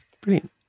Brilliant